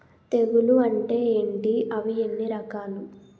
తెగులు అంటే ఏంటి అవి ఎన్ని రకాలు?